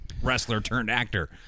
wrestler-turned-actor